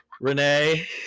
renee